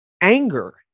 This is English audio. anger